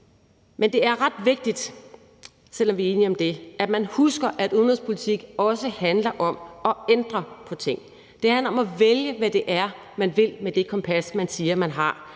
Men det er ret vigtigt, selv om vi er enige om det, at man husker, at udenrigspolitik også handler om at ændre på ting. Det handler om at vælge, hvad det er, man vil med det kompas, man siger man har